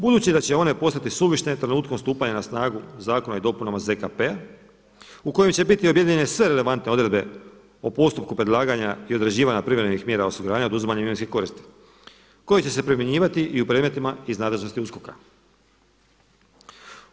Budući da će one postati suvišne trenutkom stupanja na snagu zakona i dopunama ZKP-a u kojem će biti objedinjene sve relevantne odredbe o postupku predlaganja i određivanja privremenim mjera osiguranja oduzimanjem imovinske koristi koji će se primjenjivati i u predmetima iz nadležnosti USKOK-a.